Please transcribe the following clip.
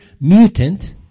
mutant